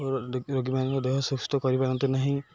ରୋଗୀମାନଙ୍କର ଦେହ ସୁସ୍ଥ କରିପାରନ୍ତି ନାହିଁ